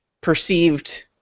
perceived